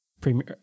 Premier